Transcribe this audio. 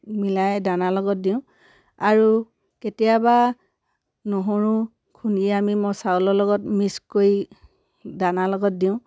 মিলাই দানাৰ লগত দিওঁ আৰু কেতিয়াবা নহৰু খুন্দি আমি মই চাউলৰ লগত মিক্স কৰি দানাৰ লগত দিওঁ